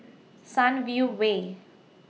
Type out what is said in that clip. Sunview Way